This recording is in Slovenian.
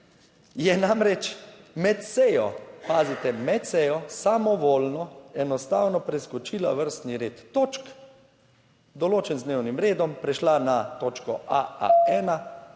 je namreč med sejo, pazite, med sejo samovoljno, enostavno preskočila vrstni red točk, določen z dnevnim redom, prešla na točko A1